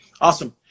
Awesome